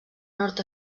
nord